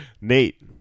Nate